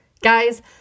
Guys